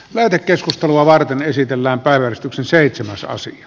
lähetekeskustelua varten esitellään päivä yksi seitsemän sasi